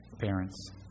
parents